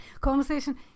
Conversation